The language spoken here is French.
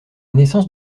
naissance